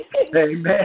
Amen